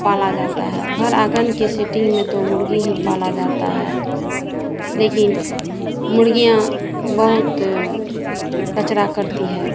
पाला जाता है घर आंगन की सेटिंग में तो मुर्गी ही पाला जाता है लेकिन मुर्गियाँ बहुत कचरा करती हैं